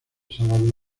sábado